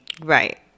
Right